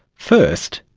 first,